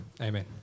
amen